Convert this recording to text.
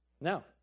Now